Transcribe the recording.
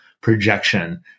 projection